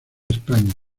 españa